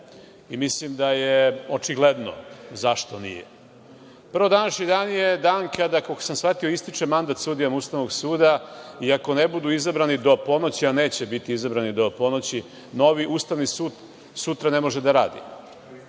Mislim da je očigledno zašto nije. Prvo, današnji dan je dan kada, koliko sam shvatio, ističe mandat sudijama Ustavnog suda i ako ne budu izabrani do ponoći, a neće biti izabrani do ponoći novi, Ustavni sud sutra ne može da radi.